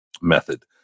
method